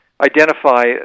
identify